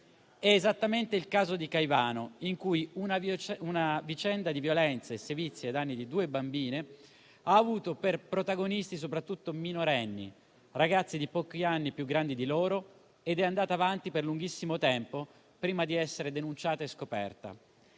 È esattamente il caso di Caivano, in cui una vicenda di violenze e sevizie ai danni di due bambine ha avuto per protagonisti soprattutto minorenni, ragazzi di pochi anni più grandi di loro, ed è andata avanti per lunghissimo tempo prima di essere denunciata e scoperta.